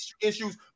issues